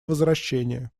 возвращение